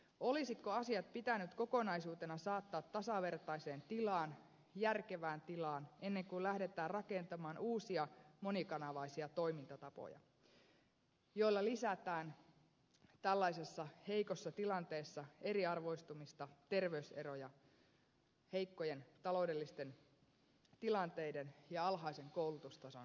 olisiko asiat pitänyt kokonaisuutena saattaa tasavertaiseen tilaan järkevään tilaan ennen kuin lähdetään rakentamaan uusia monikanavaisia toimintatapoja joilla lisätään tällaisessa heikossa tilanteessa eriarvoistumista terveyseroja heikkojen taloudellisten tilanteiden ja alhaisen koulutustason alueilla